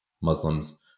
Muslims